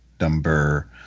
number